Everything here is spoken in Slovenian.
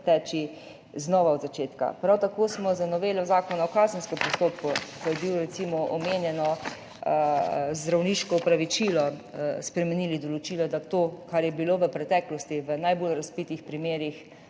teči znova od začetka. Prav tako smo z novelo Zakona o kazenskem postopku, ker je bilo recimo omenjeno zdravniško opravičilo, spremenili določilo, da je to, kar je bilo v preteklosti v najbolj razvpitih primerih,